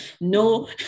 no